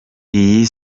iyi